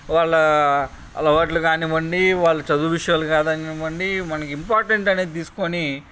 వాళ్ళ అలవాట్లు కానివ్వండి వాళ్ళ చదువు విషయాలు కానివ్వండి మనకి ఇంపార్టెంట్ అనేది తీసుకోని